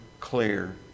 clear